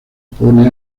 pone